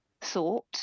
thought